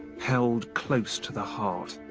held close to the heart.